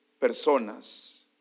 personas